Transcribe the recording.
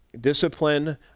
Discipline